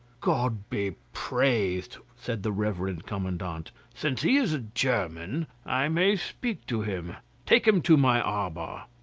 god be praised! said the reverend commandant, since he is a german, i may speak to him take him to my arbour.